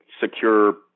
secure